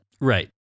Right